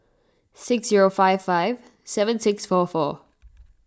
six zero five five seven six four four